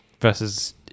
versus